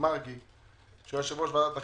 מרגי שהיה יושב-ראש ועדת החינוך,